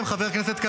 שנייה.